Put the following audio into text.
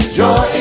joy